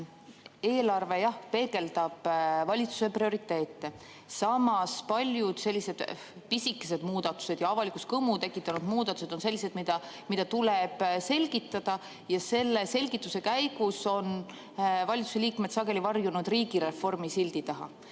Eelarve peegeldab valitsuse prioriteete, samas paljud pisikesed muudatused ja avalikkuses kõmu tekitanud muudatused on sellised, mida tuleb selgitada ja selle selgituse käigus on valitsuse liikmed sageli varjunud riigireformi sildi taha.